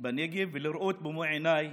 בנגב ולראות במו עיניי